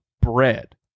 bread